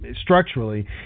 structurally